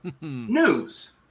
news